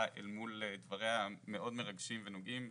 אל מול דבריה המאוד מרגשים ונוגעים,